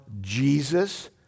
Jesus